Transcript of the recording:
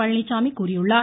பழனிச்சாமி கூறியுள்ளார்